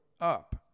up